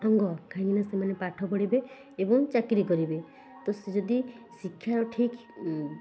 ଅଙ୍ଗ କାହିଁକି ନା ସେମାନେ ପାଠ ପଢ଼ିବେ ଏବଂ ଚାକିରି କରିବେ ତ ଯଦି ଶିକ୍ଷା ଠିକ୍